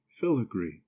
filigree